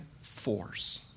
force